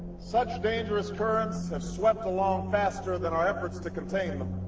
such dangerous currents have swept along faster than our efforts to contain them